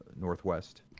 Northwest